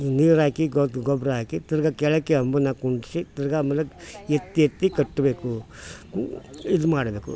ನೀರು ಹಾಕಿ ಗೊಬ್ಬರ ಹಾಕಿ ತಿರ್ಗಿ ಕೆಳಕ್ಕೆ ಅಂಬುನ ಕುಣ್ಸಿ ತಿರ್ಗಿ ಆಮೇಲೆ ಎತ್ತಿ ಎತ್ತಿ ಕಟ್ಟಬೇಕು ಇದು ಮಾಡಬೇಕು